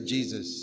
Jesus